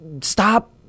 stop